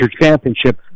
championship